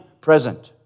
present